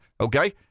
okay